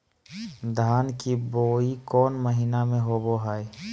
धान की बोई कौन महीना में होबो हाय?